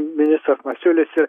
ministras masiulis ir